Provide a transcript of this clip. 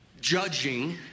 ...judging